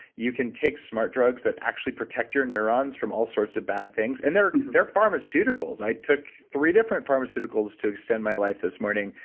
you can take smart drugs that actually protect your neurons from all sorts of bad things, and they're they're pharmaceuticals. i took three different pharmaceuticals to extend my life this morning,